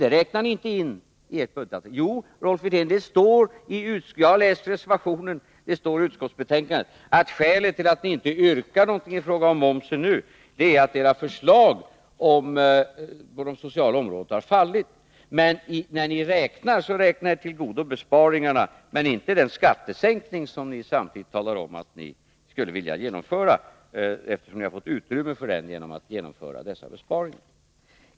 Det räknar ni inte in i ert budgetalternativ. Jag har läst reservationen, Rolf Wirtén, och det står i utskottets betänkande att skälet till att ni nu inte har något yrkande i fråga om momsen är att era förslag på det sociala området har fallit. Men när ni gör sammanräkningen så räknar ni er till godo besparingarna, men ni tar inte hänsyn till den skattesänkning som ni samtidigt talar om att ni skulle vilja genomföra, eftersom ni får utrymme för en sådan genom dessa besparingar.